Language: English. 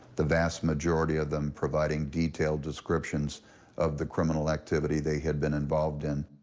the vast majority of them providing detailed descriptions of the criminal activity they had been involved in.